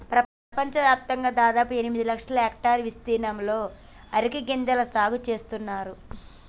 పెపంచవ్యాప్తంగా దాదాపు ఎనిమిది లక్షల హెక్టర్ల ఇస్తీర్ణంలో అరికె గింజల సాగు నేస్తున్నారు